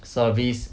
service